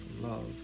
Love